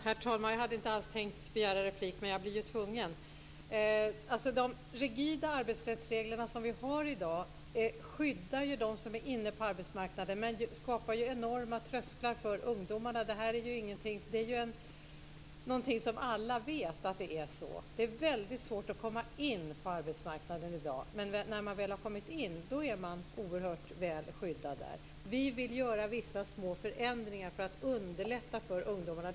Herr talman! Jag hade inte alls tänkt begära replik, men jag blev ju tvungen. De rigida arbetsrättsregler som vi har i dag skyddar ju dem som är inne på arbetsmarknaden, men skapar ju enorma trösklar för ungdomarna. Alla vet att det är så. Det är väldigt svårt att komma in på arbetsmarknaden i dag, men när man väl har kommit in är man oerhört väl skyddad där. Vi vill göra vissa små förändringar för att underlätta för ungdomarna.